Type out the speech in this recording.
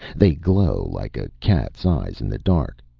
they glow like a cat's eyes in the dark.